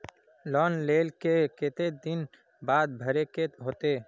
Loan लेल के केते दिन बाद भरे के होते?